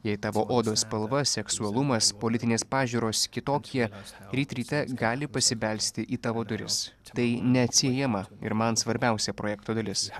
jei tavo odos spalva seksualumas politinės pažiūros kitokie ryt ryte gali pasibelsti į tavo duris tai neatsiejama ir man svarbiausia projekto dalis